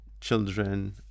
children